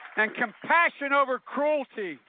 and compassion over cruelty.